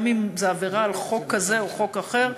גם אם זה עבירה על חוק כזה או חוק אחר,